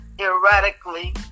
erratically